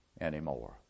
anymore